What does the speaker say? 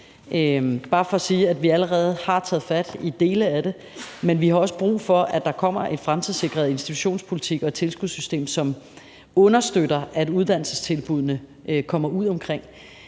bare for at sige, at vi allerede har taget fat i dele af det, men vi har også brug for, at der kommer en fremtidssikret institutionspolitik og et tilskudssystem, som understøtter, at uddannelsestilbuddene kommer ud omkring.